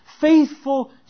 faithful